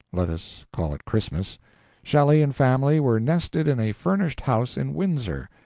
let us call it christmas shelley and family were nested in a furnished house in windsor,